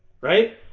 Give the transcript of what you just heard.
Right